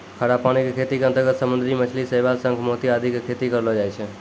खारा पानी के खेती के अंतर्गत समुद्री मछली, शैवाल, शंख, मोती आदि के खेती करलो जाय छै